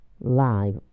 live